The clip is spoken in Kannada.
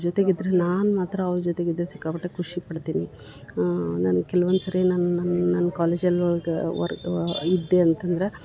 ಅವ್ರ ಜೊತೆಗಿದ್ದರೆ ನಾನು ಮಾತ್ರ ಅವ್ರ ಜೊತೆಗಿದ್ದರೆ ಸಿಕ್ಕಾಪಟ್ಟೆ ಖುಷಿ ಪಡ್ತೇನೆ ನಾನು ಕೆಲ್ವೊಂದು ಸರಿ ನನ್ನ ನನ್ನ ನನ್ನ ಕಾಲೇಜಲ್ಲಿ ಒಳಗೆ ಹೊರಗೆ ಇದ್ದೆ ಅಂತ ಅಂದ್ರ